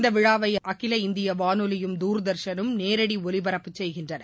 இந்தவிழாவைஅகில இந்தியவானொலியும் தூர்தர்ஷனும் நேரடிஒலிபரப்பு செய்கின்றன